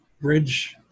bridge